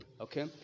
Okay